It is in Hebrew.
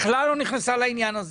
בכלל לא נכנסה לעניין הזה.